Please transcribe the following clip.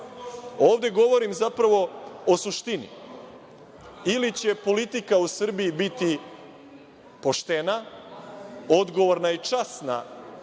govorim zapravo o suštini – ili će politika u Srbiji biti poštena, odgovorna i časna